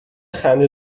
خنده